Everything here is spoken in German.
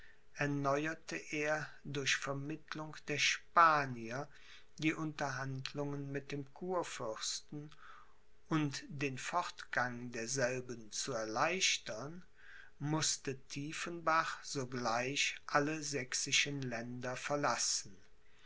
erneuerte er durch vermittlung der spanier die unterhandlungen mit dem kurfürsten und den fortgang derselben zu erleichtern mußte tiefenbach sogleich alle sächsischen länder verlassen